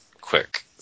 quick